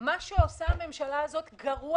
מה האינטרס פה שלא יעבור תקציב?